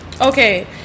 okay